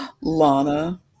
lana